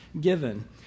given